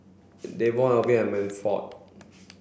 Davon Alwin and Manford